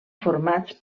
formats